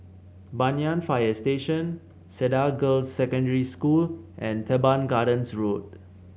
Banyan Fire Station Cedar Girls' Secondary School and Teban Gardens Road